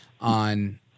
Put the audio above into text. on